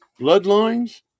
bloodlines